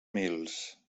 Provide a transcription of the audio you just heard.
mils